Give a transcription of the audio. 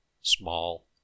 small